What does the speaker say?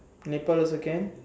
Nepal also can